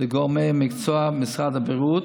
לגורמי המקצוע במשרד הבריאות,